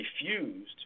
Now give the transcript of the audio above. refused